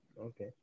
Okay